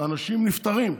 אנשים נפטרים,